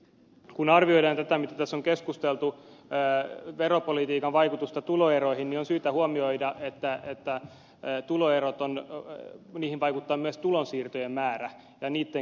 kun arvioidaan tätä mistä tässä on keskusteltu veropolitiikan vaikutusta tuloeroihin on syytä huomioida että tuloeroihin vaikuttaa myös tulonsiirtojen määrä ja niitten kehitys